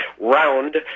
round